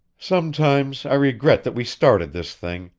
sometimes i regret that we started this thing,